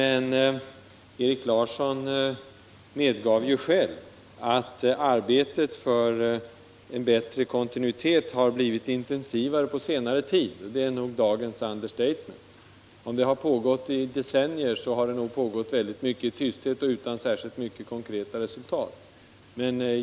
Erik Larsson medgav själv att arbetet för en bättre kontinuitet har blivit intensivare på senare tid — och det är nog dagens understatement. Om det arbetet har pågått i decennier, har det nog skett i hög grad i tysthet och utan särskilt mycket konkreta resultat.